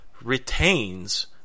retains